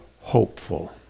hopeful